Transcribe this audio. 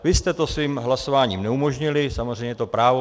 Vy jste to svým hlasováním neumožnili, samozřejmě je to vaše právo.